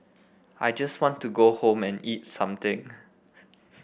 I just want to go home and eat something